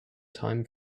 time